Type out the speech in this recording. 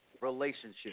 relationship